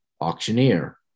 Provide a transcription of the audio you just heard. auctioneer